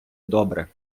добре